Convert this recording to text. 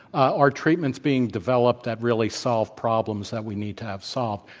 are treatments being developed that really solve problems that we need to have solved?